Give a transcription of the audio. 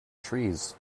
trees